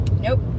nope